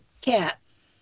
cats